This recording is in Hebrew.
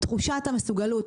תחושת המסוגלות,